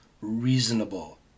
reasonable